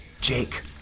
Jake